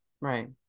Right